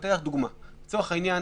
לצורך העניין,